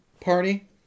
party